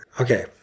Okay